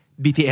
BTS